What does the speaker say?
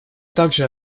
также